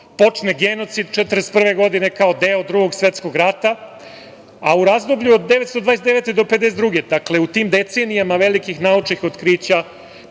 počne genocid '41. godine kao deo Drugog svetskog rata, a u razdoblju od 1929. do 1952., dakle, u tim decenijama velikih naučnih otkrića